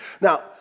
Now